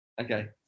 Okay